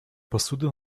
посуда